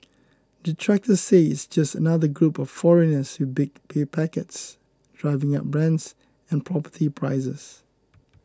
detractors say it's just another group of foreigners with big pay packets driving up rents and property prices